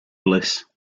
bliss